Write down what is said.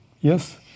yes